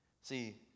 See